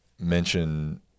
mention